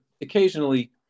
occasionally